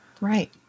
Right